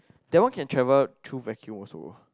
that one can travel through vacuum also